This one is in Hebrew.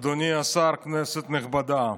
אדוני השר, כנסת נכבדה,